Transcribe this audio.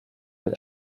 mit